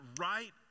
right